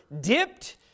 dipped